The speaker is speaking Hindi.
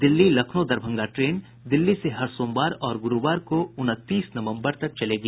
दिल्ली लखनऊ दरभंगा ट्रेन दिल्ली से हर सोमवार और गुरूवार को उनतीस नवम्बर तक चलेगी